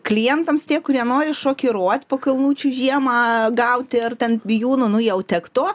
klientams tie kurie nori šokiruot pakalnučių žiemą gauti ar ten bijūnų nu jau tiek to